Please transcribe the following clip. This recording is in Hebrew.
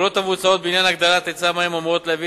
הפעולות המבוצעות בעניין הגדלת היצע המים אמורות להביא